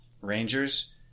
Rangers